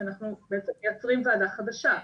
כשאנחנו בעצם מייצרים ועדה חדשה.